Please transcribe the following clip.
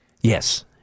Yes